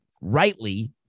rightly